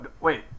wait